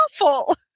awful